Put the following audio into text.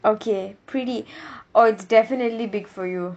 okay pretty oh it's definitely big for you